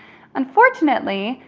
unfortunately,